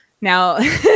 now